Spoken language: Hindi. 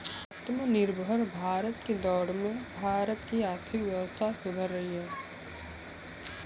आत्मनिर्भर भारत की दौड़ में भारत की आर्थिक व्यवस्था सुधर रही है